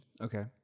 Okay